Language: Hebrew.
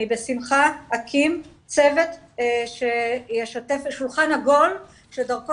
בשמחה אני אקים צוות של שולחן עגול שדרכו